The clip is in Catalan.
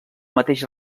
mateix